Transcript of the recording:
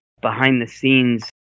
behind-the-scenes